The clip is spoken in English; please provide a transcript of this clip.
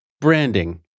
Branding